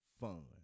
fun